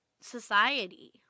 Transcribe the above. society